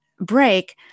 break